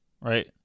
right